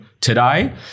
today